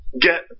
Get